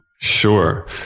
Sure